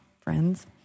friends